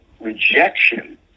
rejection